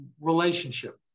relationship